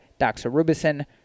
doxorubicin